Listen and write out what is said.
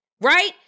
right